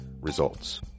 Results